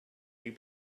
you